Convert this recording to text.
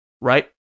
Right